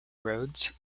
roads